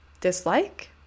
dislike